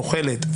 תוחלת,